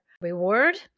reward